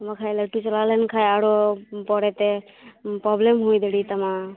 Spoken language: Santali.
ᱚᱱᱟᱠᱷᱚᱱ ᱞᱟ ᱴᱩ ᱪᱟᱞᱟᱣ ᱞᱮᱱ ᱠᱷᱟᱡ ᱟᱨᱚ ᱯᱚᱨᱮᱛᱮ ᱯᱨᱚᱵᱞᱮᱢ ᱦᱩᱭ ᱫᱟᱲᱮᱭᱟᱛᱟᱢᱟ